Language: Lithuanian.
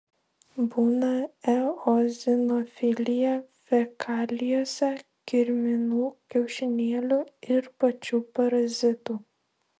būna eozinofilija fekalijose kirminų kiaušinėlių ir pačių parazitų